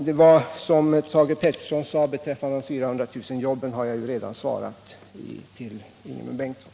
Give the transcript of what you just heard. Det som Thage Peterson sade beträffande de 400 000 nya jobben har jag redan bemött genom mitt svar till Ingemund Bengtsson.